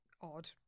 odd